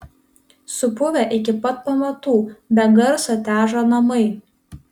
supuvę iki pat pamatų be garso težo namai